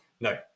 no